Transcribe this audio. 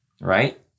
right